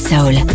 Soul